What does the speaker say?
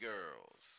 Girls